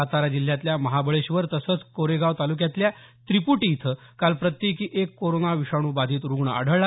सातारा जिल्ह्यातल्या महाबळेश्वर तसंच कोरेगाव तालुक्यातल्या त्रिपुटी इथं काल प्रत्येकी एक कोरोना विषाणू बाधित रुग्ण आढळला